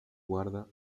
guarda